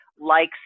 likes